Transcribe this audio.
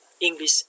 English